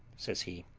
says he,